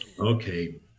Okay